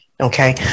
okay